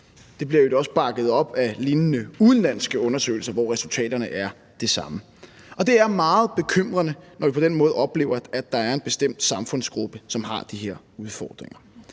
Det bliver i øvrigt også bakket op af lignende udenlandske undersøgelser, hvor resultaterne er de samme. Det er meget bekymrende, når vi på den måde oplever, at der er en bestemt samfundsgruppe, som har de her udfordringer,